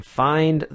find